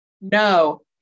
No